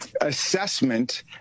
assessment